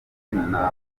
angana